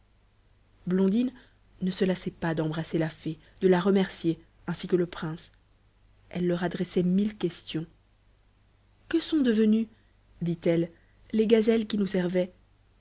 blondine ne se lassait pas d'embrasser la fée de la remercier ainsi que le prince elle leur adressait mille questions que sont devenues dit-elle les gazelles qui nous servaient